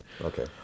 okay